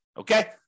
Okay